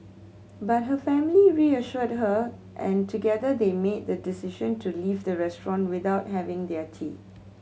but her family reassured her and together they made the decision to leave the restaurant without having their tea